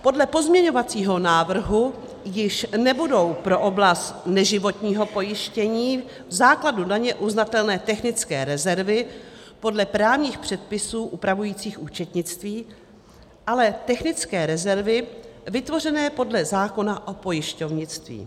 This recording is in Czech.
Podle pozměňovacího návrhu již nebudou pro oblast neživotního pojištění v základu daně uznatelné technické rezervy podle právních předpisů upravujících účetnictví, ale technické rezervy vytvořené podle zákona o pojišťovnictví.